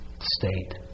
state